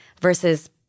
versus